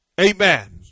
amen